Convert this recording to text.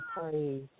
praise